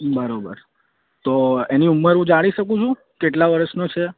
બરાબર તો એની ઉંમર હું જાણી શકું છું કેટલાં વર્ષનો છે